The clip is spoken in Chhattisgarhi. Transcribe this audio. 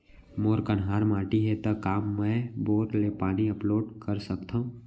मोर कन्हार माटी हे, त का मैं बोर ले पानी अपलोड सकथव?